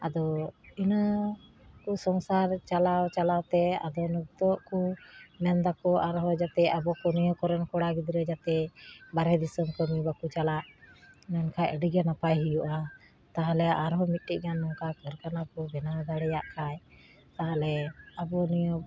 ᱟᱫᱚ ᱤᱱᱟᱹᱠᱚ ᱥᱚᱝᱥᱟᱨ ᱪᱟᱞᱟᱣ ᱪᱟᱞᱟᱣᱛᱮ ᱟᱫᱚ ᱱᱤᱛᱚᱜ ᱠᱚ ᱢᱮᱱᱫᱟᱠᱚ ᱟᱨᱦᱚᱸ ᱡᱟᱛᱮ ᱟᱵᱚᱠᱚ ᱱᱤᱭᱟᱹ ᱠᱚᱨᱮᱱ ᱠᱚᱲᱟ ᱜᱤᱫᱽᱨᱟᱹ ᱡᱟᱛᱮ ᱵᱟᱨᱦᱮ ᱫᱤᱥᱟᱹᱢ ᱠᱟᱹᱢᱤ ᱵᱟᱠᱚ ᱪᱟᱞᱟᱜ ᱢᱮᱱᱠᱷᱟᱡ ᱟᱹᱰᱤᱜᱟᱱ ᱱᱟᱯᱟᱭ ᱦᱩᱭᱩᱜᱼᱟ ᱛᱟᱦᱟᱞᱮ ᱟᱨᱦᱚᱸ ᱢᱤᱫᱴᱮᱡᱜᱟᱱ ᱱᱚᱝᱠᱟ ᱠᱟᱹᱨᱠᱷᱟᱱᱟᱵᱚ ᱵᱮᱱᱟᱣ ᱫᱟᱲᱮᱭᱟᱜ ᱠᱷᱟᱡ ᱛᱟᱦᱟᱞᱮ ᱟᱵᱚ ᱱᱤᱭᱟᱹ